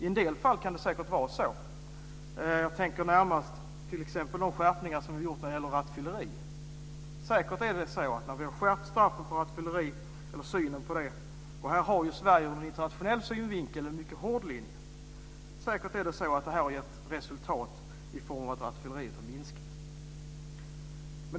I en del fall kan det säkert vara så. Jag tänker närmast på de skärpningar som gjorts när det gäller rattfylleri. Säkert har det när vi skärpt synen på rattfylleri - här har ju Sverige ur internationell synvinkel en mycket hård linje - gett resultat i form av att rattfylleriet har minskat.